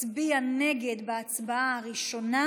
הצביעה נגד בהצבעה הראשונה,